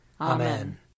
Amen